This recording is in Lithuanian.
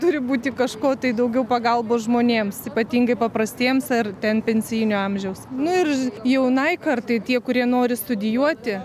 turi būti kažko tai daugiau pagalbos žmonėms ypatingai paprastiems ar ten pensijinio amžiaus nu ir ž jaunai kartai tie kurie nori studijuoti